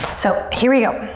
so here we go.